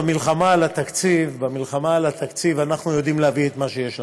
במלחמה על התקציב אנחנו יודעים להביא את מה שיש לנו,